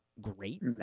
great